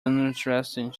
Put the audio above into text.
uninteresting